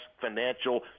financial